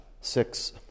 six